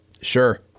Sure